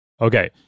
Okay